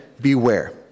Beware